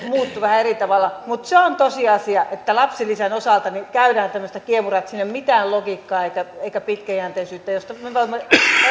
muuttui vähän eri tavalla mutta se on tosiasia että lapsilisän osalta käydään tämmöistä kiemuraa ettei siinä ole mitään logiikkaa eikä eikä pitkäjänteisyyttä mistä me voimme eri kausilla olleet